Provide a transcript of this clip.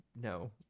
no